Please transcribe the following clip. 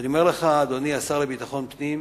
ואני אומר לך, אדוני השר לביטחון פנים,